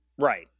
right